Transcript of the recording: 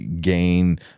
gain